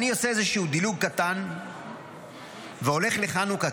אני עושה איזשהו דילוג קטן והולך לחנוכה,